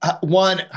one